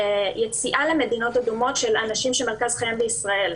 יציאה למדינות אדומות של אנשים שמרכז חייהם בישראל.